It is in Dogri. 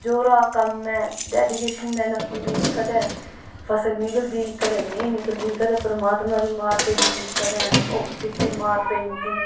जोरा दा कम्म ऐ डैडीकेशन देनी पौंदी कदें फसल निकलदी कदें नेईं निकलदी कदें परमात्मा दी मार पेई जंदी कदें होर किसै दी मार पेई जंदी